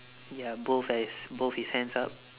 ya both has both his hands up